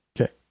Okay